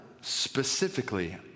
specifically